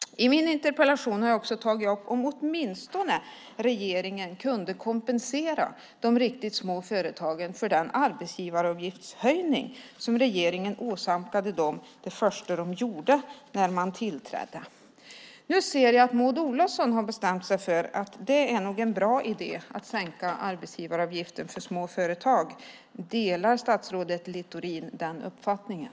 I min interpellation har jag också tagit upp att regeringen åtminstone kunde kompensera de riktigt små företagen för den arbetsgivaravgiftshöjning som man åsamkade dem det första man gjorde när man tillträdde. Nu ser jag att Maud Olofsson har bestämt sig för att det nog är en bra idé att sänka arbetsgivaravgiften för små företag. Delar statsrådet Littorin den uppfattningen?